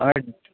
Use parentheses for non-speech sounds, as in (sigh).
আর (unintelligible)